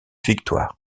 victoire